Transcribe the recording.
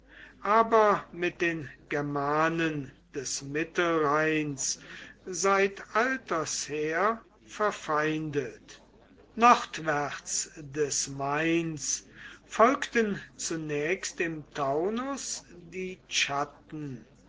aber mit den germanen des mittelrheins seit alters her verfeindet nordwärts des mains folgten zunächst im taunus die chatten